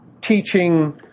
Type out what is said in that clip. teaching